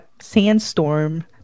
sandstorm